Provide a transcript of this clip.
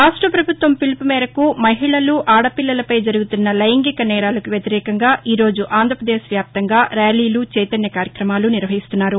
రాష్ట పభుత్వం పిలుపు మేరకు మహిళలు ఆడపిల్లలపై జరుగుతున్న లైంగిక నేరాలకు వ్యతిరేకంగా ఈరోజు ఆంధ్ర ప్రదేశ్ వ్యాప్తంగా ర్యాలీలు చైతన్య కార్యక్రమాలు నిర్వహిస్తున్నారు